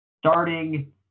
starting –